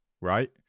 right